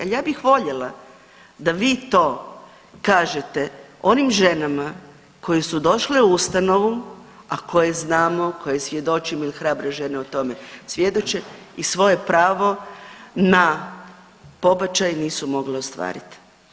Ali ja bih voljela da vi to kažete onim ženama koje su došle u ustanovu, a koje znamo, koje svjedočimo jer hrabre žene o tome svjedoče i svoje pravo na pobačaj nisu mogle ostvariti.